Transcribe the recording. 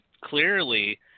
clearly